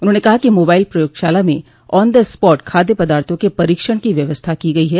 उन्होंने कहा कि मोबाइल प्रयोगशाला में ऑन द स्पाट खाद्य पदार्थो के परीक्षण की व्यवस्था की गयी है